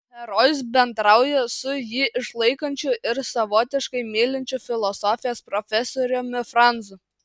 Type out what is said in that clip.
herojus bendrauja su jį išlaikančiu ir savotiškai mylinčiu filosofijos profesoriumi franzu